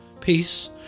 peace